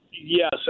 Yes